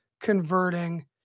converting